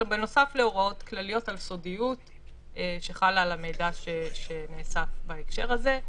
בנוסף להוראות כלליות על סודיות שחלות על המידע שנאסף בהקשר הזה,